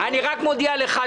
אני רק מודיע לך,